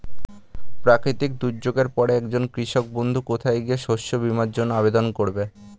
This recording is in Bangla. প্রাকৃতিক দুর্যোগের পরে একজন কৃষক বন্ধু কোথায় গিয়ে শস্য বীমার জন্য আবেদন করবে?